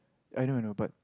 I don't know but